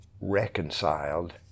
reconciled